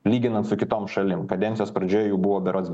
lyginant su kitom šalim kadencijos pradžioj jų buvo berods